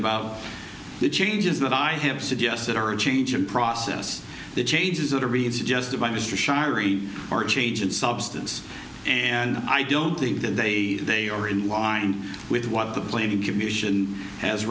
about the changes that i have suggested are a change in process the changes that are being suggested by mr sharry are change in substance and i don't think that they they are in line with what the plane commission has